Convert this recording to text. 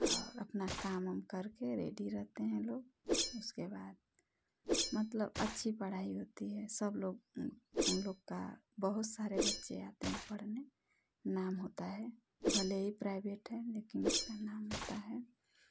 और अपना काम वाम करके रेडी रहते हैं लोग उसके बाद मतलब अच्छी पढ़ाई होती है सब लोग हम लोग का बहुत सारे बच्चे जाते हैं पढ़ने नाम होता है भले प्राइवेट है लेकिन उसका नाम होता है